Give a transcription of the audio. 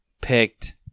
picked